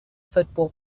football